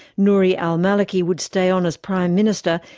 nouri al-maliki would stay on as prime minister,